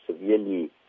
severely